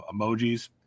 emojis